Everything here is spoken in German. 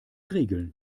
regeln